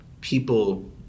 people